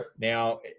Now